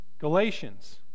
Galatians